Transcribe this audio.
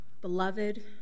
beloved